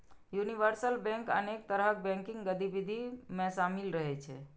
universal bank अनेक तरहक banking गतिविधि मे शामिल रहै छै